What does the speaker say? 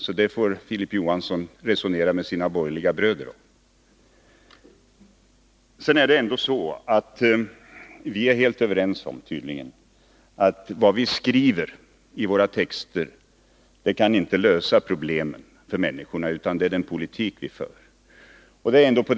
Så det får Filip Johansson resonera med sina borgerliga bröder om. Vi är tydligen helt överens om att vad vi skriver i våra texter inte kan lösa problemen för människorna utan att det avgörande är den politik som vi för.